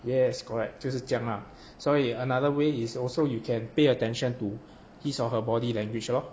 yes correct 就是这样啦所以 another way is also you can pay attention to his or her body language lor